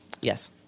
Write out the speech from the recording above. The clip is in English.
Yes